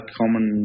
common